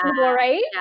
right